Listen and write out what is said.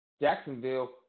Jacksonville